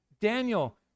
Daniel